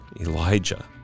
Elijah